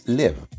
live